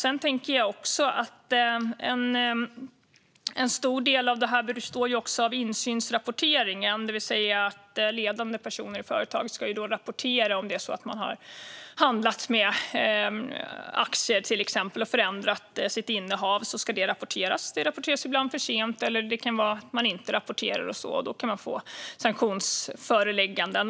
En stor del av detta består ju också av insynsrapporteringen, det vill säga att ledande personer i företag ska rapportera. Om det är så att man till exempel har handlat med aktier och förändrat sitt innehav ska detta rapporteras. Det rapporteras ibland för sent eller inte alls, och då kan man få ett sanktionsföreläggande.